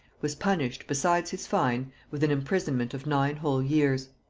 was punished, besides his fine, with an imprisonment of nine whole years.